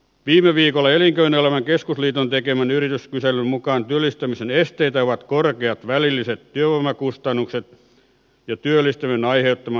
viime viikolla elinkeinoelämän keskusliiton tekemän yrityskyselyn mukaan työllistämisen esteitä ovat korkeat välilliset työvoimakustannukset ja työllistämisen aiheuttama hallinnollinen taakka